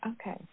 Okay